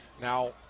Now